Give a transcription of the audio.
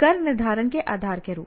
कर निर्धारण के आधार के रूप में